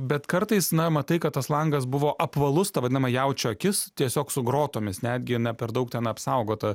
bet kartais na matai kad tas langas buvo apvalus ta vadinama jaučio akis tiesiog su grotomis netgi ne per daug ten apsaugota